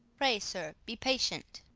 pray, sir, be patient.